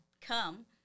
come